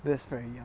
that's very young